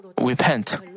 repent